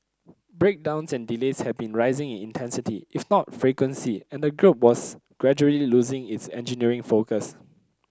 breakdowns and delays had been rising in intensity if not frequency and the group was gradually losing its engineering focus